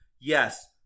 Yes